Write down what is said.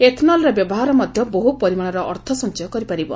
ଏଥ୍ନଲ୍ର ବ୍ୟବହାର ମଧ୍ୟ ବହ୍ର ପରିମାଣର ଅର୍ଥ ସଞ୍ଚୟ କରିପାରିବ